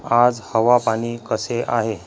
आज हवापाणी कसे आहे